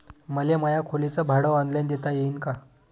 मले माया खोलीच भाड ऑनलाईन देता येईन का?